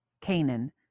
Canaan